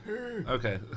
Okay